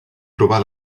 trobar